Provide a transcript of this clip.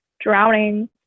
drowning